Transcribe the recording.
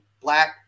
black